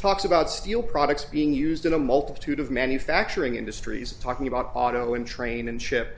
talks about steel products being used in a multitude of manufacturing industries talking about auto in train and ship